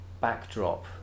backdrop